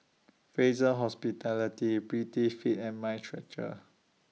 Fraser Hospitality Prettyfit and Mind Stretcher